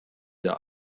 der